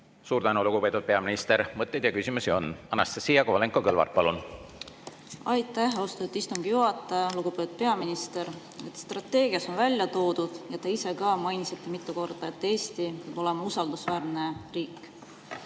Suur tänu, lugupeetud peaminister! Mõtteid ja küsimusi on. Anastassia Kovalenko-Kõlvart, palun! Aitäh, austatud istungi juhataja! Lugupeetud peaminister! Strateegias on välja toodud ja te ise ka mainisite mitu korda, et Eesti peab olema usaldusväärne riik